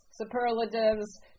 superlatives